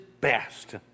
best